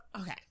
Okay